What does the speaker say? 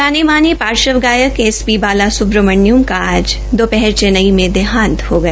जाने माने पार्श्व गायक एस पी बाला सुब्रामण्यम का आज दोपहर चेन्नई में देहांत हो गया